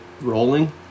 rolling